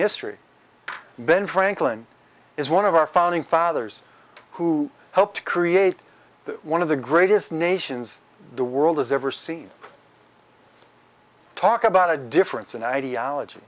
history ben franklin is one of our founding fathers who helped create one of the greatest nations the world has ever seen talk about a difference in ideology